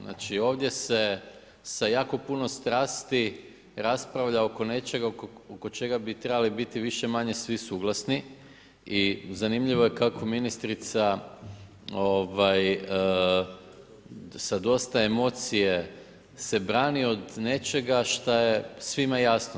Znači ovdje se sa jako puno strasti raspravlja oko nečega oko čega bi trebali biti više-manje svi suglasni i zanimljivo je kako ministrica sa dosta emocije se brani od nečega šta je svima jasno.